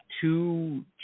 two